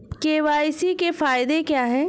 KYC के फायदे क्या है?